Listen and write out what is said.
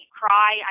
cry